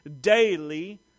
daily